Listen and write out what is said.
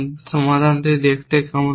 সমাধান দেখতে কেমন হবে